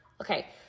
Okay